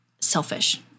selfish